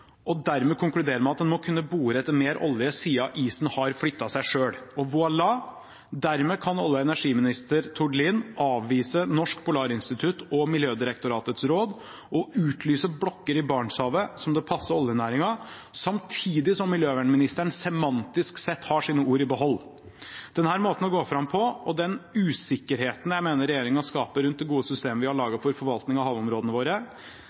og dermed konkludere med at en må kunne bore etter mer olje, siden isen har flyttet seg selv. Voilà, dermed kan olje- og energiminister Tord Lien avvise Norsk Polarinstitutts og Miljødirektoratets råd og utlyse blokker i Barentshavet som det passer oljenæringen, samtidig som klima- og miljøministeren semantisk sett har sine ord i behold. Denne måten å gå fram på og den usikkerheten som jeg mener at regjeringen skaper rundt det gode systemet vi har laget for forvaltning av havområdene våre,